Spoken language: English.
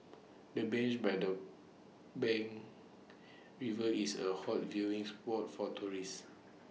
the bench by the bank of river is A hot viewing spot for tourists